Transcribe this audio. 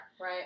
right